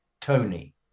Tony